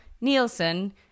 Nielsen